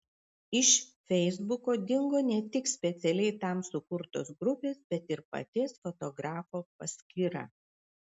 iš feisbuko dingo ne tik specialiai tam sukurtos grupės bet ir paties fotografo paskyra